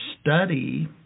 study